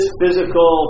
physical